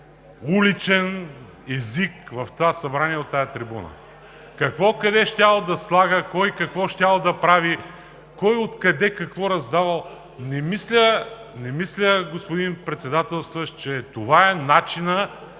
уличен език в това Събрание от тази трибуна. Какво къде щяло да слага, кой, какво щял да прави, кой откъде какво раздавал? Не мисля, господин Председателстващ, че това е начинът